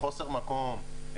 חוסר מקום,